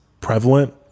prevalent